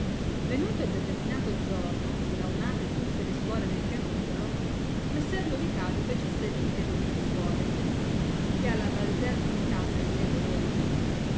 venuto il determinato giorno e raunate tutte le suore nel capitolo messer lo vicario fece a sé venire le tre suore che alla bazial dignità salire volevano